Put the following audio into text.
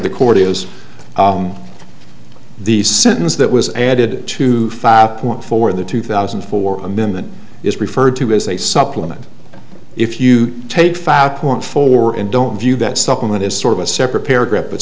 the court is the sentence that was added to five point four of the two thousand and four min that is referred to as a supplement if you take five point four and don't view that supplement is sort of a separate paragraph but